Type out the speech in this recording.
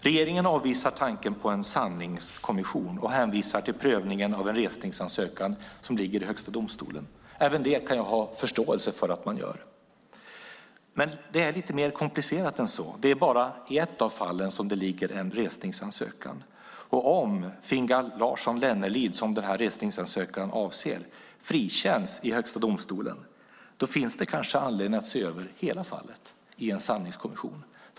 Regeringen avvisar tanken på en sanningskommission och hänvisar till prövningen av en resningsansökan i Högsta domstolen. Även det kan jag ha förståelse för. Men det är lite mer komplicerat än så. Det är bara i ett av fallen som det föreligger en resningsansökan, och om Fingal Larsson-Lennelind, som resningsansökan avser, frikänns i Högsta domstolen, finns det kanske anledning att se över hela fallet i en sanningskommission.